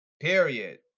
Period